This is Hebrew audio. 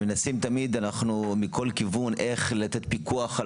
מנסים תמיד אנחנו מכל כיוון איך לתת פיקוח על